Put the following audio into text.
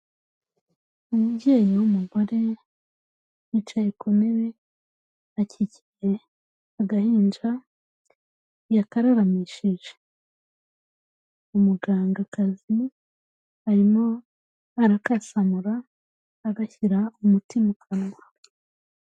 Umubyeyi w'umugore wicaye ku ntebe akikiye agahinja, yakararamishije, umugangakazi arimo arakasamura agashyira umuti mu kanwa.